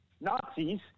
Nazis